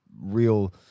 real